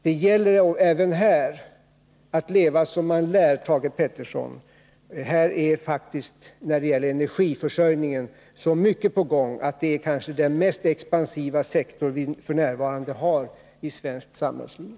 Det gäller även här att leva som man lär, Thage Peterson. När det gäller energiförsörjningen är faktiskt så mycket på gång att man kan säga att det kanske är den mest expansiva sektor som vi f. n. har i svenskt samhällsliv.